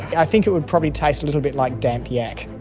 i think it would probably taste a little bit like damp yak.